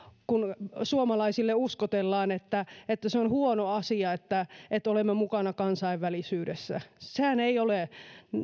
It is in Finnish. kun suomalaisille uskotellaan että että se on huono asia että että olemme mukana kansainvälisyydessä sehän ei ole